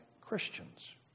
Christians